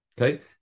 Okay